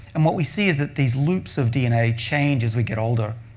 and what we see is that these loops of dna change as we get older.